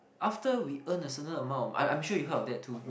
after we earn a certain amount of I I'm sure you heard of that too